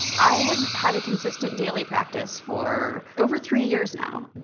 i have had a consistent daily practice for over three years now.